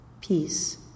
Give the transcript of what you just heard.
Peace